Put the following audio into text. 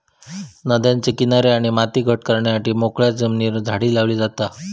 नद्यांचे किनारे आणि माती घट करण्यासाठी मोकळ्या जमिनीर झाडे लावली जातत